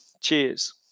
Cheers